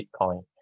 Bitcoin